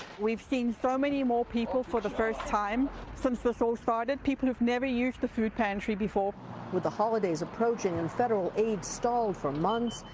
we've seen so many more people for the first time since this all started. people who've never used the food pantry before. reporter with the holidays approaching and federal aid stalled for months,